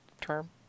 term